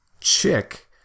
chick